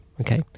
Okay